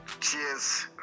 Cheers